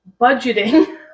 budgeting